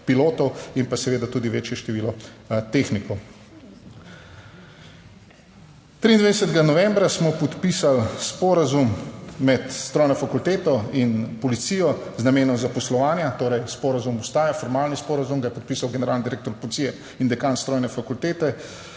pilotov in pa seveda tudi večje število tehnikov. 23. novembra smo podpisali sporazum med strojno fakulteto in policijo z namenom zaposlovanja, torej sporazum ostaja, formalni sporazum, ga je podpisal generalni direktor policije in dekan Strojne fakultete.